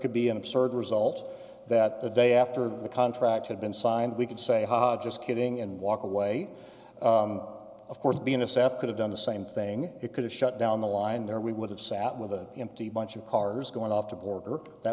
could be an absurd result that the day after the contract had been signed we could say just kidding and walk away of course being a staff could have done the same thing it could have shut down the line there we would have sat with an empty bunch of cars going off the border that